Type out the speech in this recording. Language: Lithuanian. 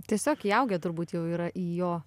tiesiog įaugę turbūt jau yra į jo